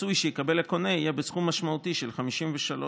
הפיצוי שיקבל הקונה יהיה בסכום משמעותי של 53,000